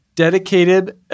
dedicated